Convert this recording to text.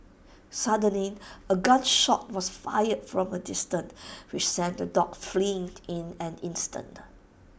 suddenly A gun shot was fired from A distant which sent the dogs fleeing in an instant